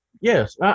yes